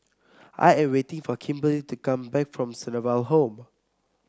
I am waiting for Kimberely to come back from Sunnyville Home